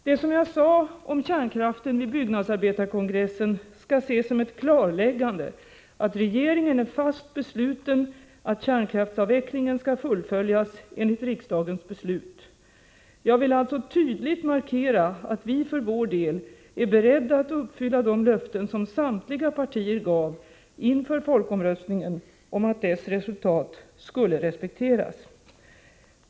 Det som jag sade om kärnkraften vid Byggnadsarbetarekongressen skall ses som ett klarläggande av att regeringen är fast besluten att fullfölja kärnkraftsavvecklingen enligt riksdagens beslut. Jag vill alltså tydligt markera att vi för vår del är beredda att uppfylla de löften som samtliga partier gav inför folkomröstningen om att dess resultat skulle respekteras.